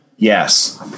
Yes